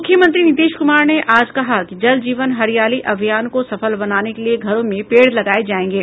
मुख्यमंत्री नीतीश कुमार ने आज कहा कि जल जीवन हरियाली अभियान को सफल बनाने के लिये घरों में पेड़ लगाये जायेंगे